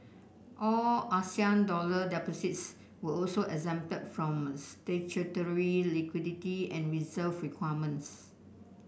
all Asian dollar deposits were also exempted from statutory liquidity and reserve requirements